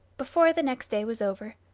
before the next day was over,